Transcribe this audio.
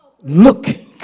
looking